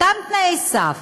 אותם תנאי סף,